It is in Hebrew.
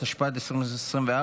התשפ"ד 2024,